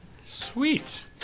sweet